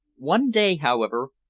one day, however,